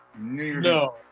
No